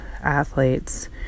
athletes